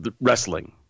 wrestling